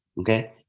okay